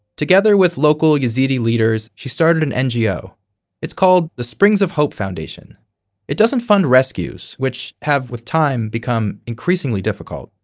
together with local yazidi leaders she started an ngo. it's called the springs of hope foundation it doesn't fund rescues, which have with time become increasingly difficult.